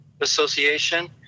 Association